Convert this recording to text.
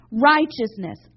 Righteousness